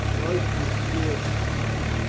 royston sneered at himself.